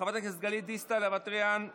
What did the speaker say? חברת הכנסת גלית דיסטל אטבריאן,